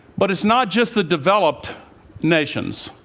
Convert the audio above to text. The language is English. but it's not just the developed nations.